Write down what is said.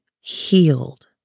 healed